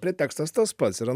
pretekstas tas pats yra